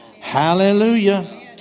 Hallelujah